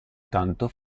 tanto